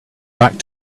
back